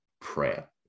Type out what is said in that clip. prayer